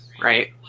right